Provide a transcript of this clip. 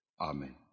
Amen